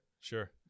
sure